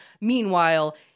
Meanwhile